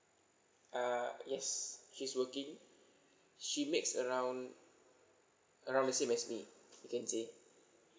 err yes she's working she makes around around the same as me you can say